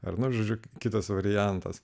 ar na žodžiu kitas variantas